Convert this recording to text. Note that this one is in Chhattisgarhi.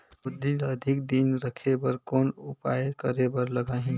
गोंदली ल अधिक दिन राखे बर कौन उपाय करे बर लगही?